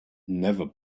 never